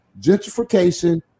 Gentrification